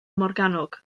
morgannwg